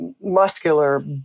muscular